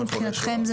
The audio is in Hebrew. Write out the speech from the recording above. מבחינתכם,